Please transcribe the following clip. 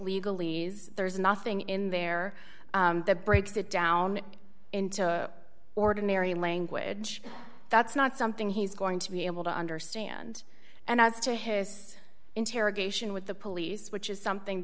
legally there's nothing in there the breaks it down into ordinary language that's not something he's going to be able to understand and as to his interrogation with the police which is something